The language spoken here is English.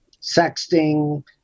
sexting